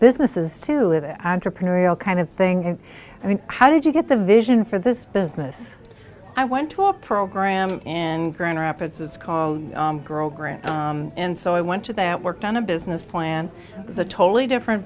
business is to the entrepreneurial kind of thing and how did you get the vision for this business i went to a program in grand rapids it's called grogram and so i went to that worked on a business plan is a totally different